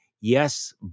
yes